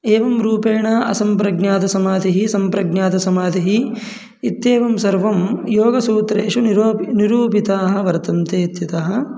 एवं रूपेण असम्प्रज्ञातसमाधिः सम्प्रज्ञातसमाधिः इत्येवं सर्वं योगसूत्रेषु निरोप् निरूपिताः वर्तन्ते इत्यतः